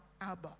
Abba